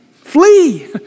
Flee